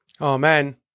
Amen